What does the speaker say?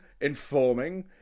informing